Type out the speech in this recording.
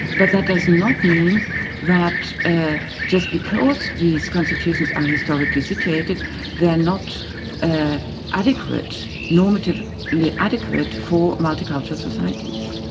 but that does not mean that ah just because these constitutions are historically situated they're not normatively ah adequate normatively like adequate for multicultural societies.